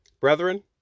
Brethren